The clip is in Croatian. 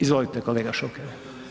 Izvolite Kolega Šuker.